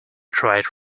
tried